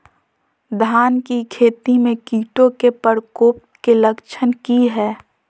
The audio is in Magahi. धान की खेती में कीटों के प्रकोप के लक्षण कि हैय?